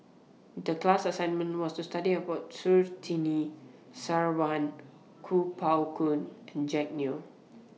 The class assignment was to study about Surtini Sarwan Kuo Pao Kun and Jack Neo